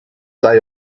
day